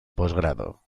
posgrado